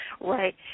Right